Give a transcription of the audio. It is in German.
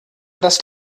das